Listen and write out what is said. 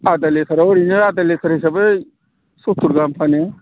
आधा लिटाराव ओरैनो आधा लिटार हिसाबै सद्थर गाहाम फानो